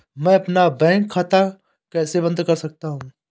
मैं अपना बैंक खाता कैसे बंद कर सकता हूँ?